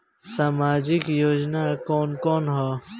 सामाजिक योजना कवन कवन ह?